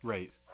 Right